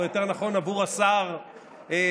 או יותר נכון עבור השר ביטון,